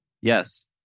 Yes